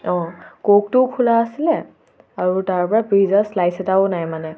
অঁ ক'কটোও খোলা আছিলে আৰু তাৰ পৰা পিজ্জা শ্লাইচ এটাও নাই মানে